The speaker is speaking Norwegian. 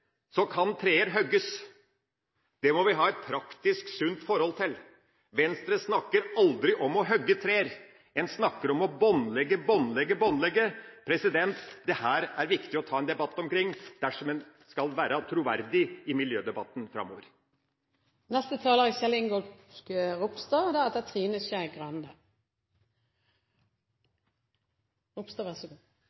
kan trær hogges. Det må vi ha et praktisk, sunt forhold til. Venstre snakker aldri om å hogge trær. En snakker om å båndlegge, båndlegge, båndlegge. Dette er det viktig å ta en debatt om dersom en skal være troverdig i miljødebatten framover. Neste taler er representanten Kjell Ingolf Ropstad og deretter representanten Trine Skei Grande.